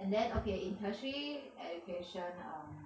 and then okay in tertiary education um